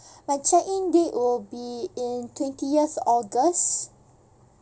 my check in date will be in twentieth august